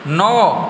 नओ